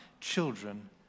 children